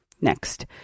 next